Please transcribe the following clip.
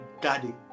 daddy